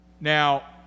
Now